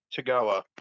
Tagawa